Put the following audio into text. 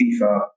FIFA